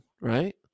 right